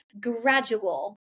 gradual